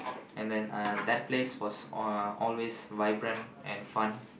and then uh that place was uh always vibrant and fun